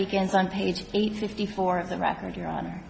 begins on page eight fifty four of the record your honor